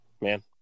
man